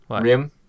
Rim